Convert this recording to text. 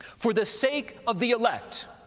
for the sake of the elect,